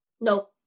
No